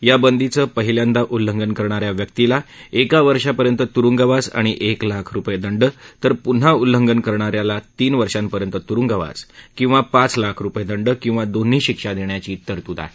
या बंदीचं पहिल्यांदा उल्लंघन करणा या व्यक्तीला एक वर्षापर्यंत तुरुंगवास अणि एक लाख रुपये दंड तर पुन्हा उल्लंघन करणा याला तीन वर्षापर्यंत तुरुंगवास किंवा पाच लाख रुपये दंड किंवा दोन्ही शिक्षा देण्याची तरतूद आहे